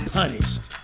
punished